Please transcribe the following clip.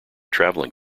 travelling